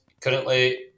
currently